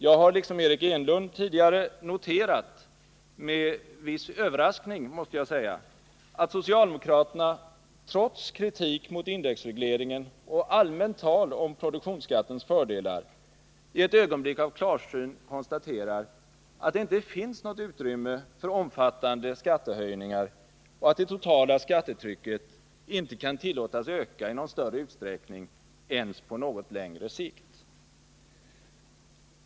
Jag har, liksom Eric Enlund tidigare, med viss överraskning noterat att socialdemokraterna — trots kritik mot indexregleringen och allmänt tal om produktionsskattens fördelar — i ett ögonblick av klarsyn konstaterar att det inte finns något utrymme för omfattande skattehöjningar och att det totala skattetrycket inte kan tillåtas öka i någon större utsträckning ens på något längre sikt.